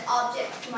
objects